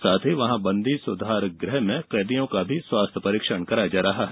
साथ ही वहां बंदी सुधार गृह में कैदियों का भी स्वास्थ्य परीक्षण कराया जा रहा है